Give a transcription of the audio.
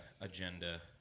agenda